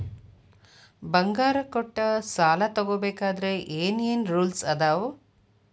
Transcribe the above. ಬಂಗಾರ ಕೊಟ್ಟ ಸಾಲ ತಗೋಬೇಕಾದ್ರೆ ಏನ್ ಏನ್ ರೂಲ್ಸ್ ಅದಾವು?